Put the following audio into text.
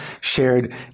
shared